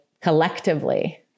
collectively